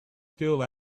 still